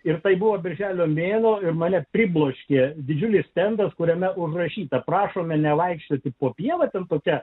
ir tai buvo birželio mėnuo ir mane pribloškė didžiulis stendas kuriame užrašyta prašome nevaikščioti po pievą ten tokia